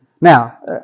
Now